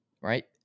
right